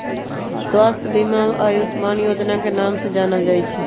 स्वास्थ्य बीमा अब आयुष्मान योजना के नाम से जानल जाई छई